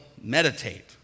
meditate